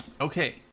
Okay